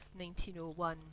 1901